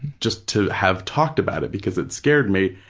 just to have talked about it, because it scared me,